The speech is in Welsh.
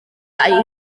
bethau